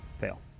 Fail